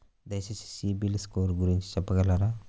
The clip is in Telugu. దయచేసి సిబిల్ స్కోర్ గురించి చెప్పగలరా?